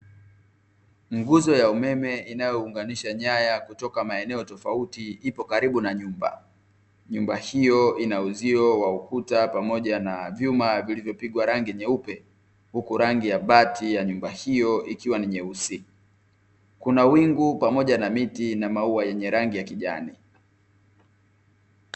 Nguzo ya umeme inayounganisha nyaya kutoka maeneo tofauti, ipo karibu na nyumba. Nyumba hiyo ina uzio wa ukuta, pamoja na vyuma vilivyopigwa rangi nyeupe, huku rangi ya bati ya nyumba hiyo ikiwa ni nyeusi. Kuna wingu pamoja na miti na maua yenye rangi ya kijani.